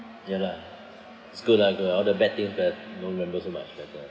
ya lah it's good lah girl all the bad things but don't remember so much better